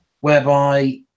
whereby